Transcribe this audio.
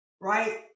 right